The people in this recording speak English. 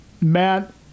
Matt